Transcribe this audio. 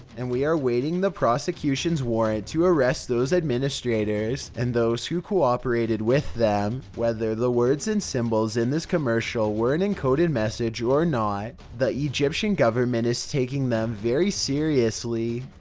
and we are waiting the prosecution's warrant to arrest those administrators and those who cooperated with them. whether the words and symbols in this commercial were an encoded message or not, the egyptian government is taking taking them very seriously.